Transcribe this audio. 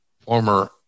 former